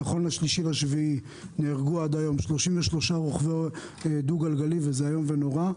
נכון ל-3.7 נהרגו עד היום 33 רוכבי דו-גלגלי וזה איום ונורא.